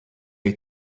you